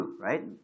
right